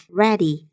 ready